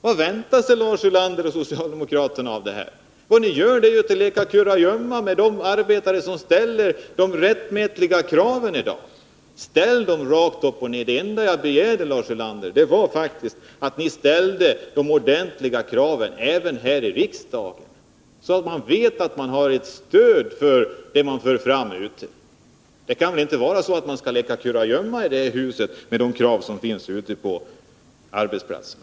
Vad väntar sig Lars Ulander och socialdemokraterna av dessa överläggningar? Vad ni gör är att leka kurragömma med de arbetare som ställer rättmätiga krav. Det enda jag begärde, Lars Ulander, är att ni skall ställa dessa krav här i riksdagen. Då vet människor ute på arbetsplatserna att de har stöd för sina krav. Sluta upp med att här i huset leka kurragömma med de krav som ställs ute på arbetsplatserna!